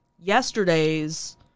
yesterday's